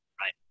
Right